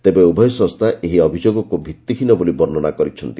ତେବେ ଉଭୟ ସଂସ୍ଥା ଏହି ଅଭିଯୋଗକୁ ଭିତ୍ତିହୀନ ବୋଲି ବର୍ଣ୍ଣନା କରିଛନ୍ତି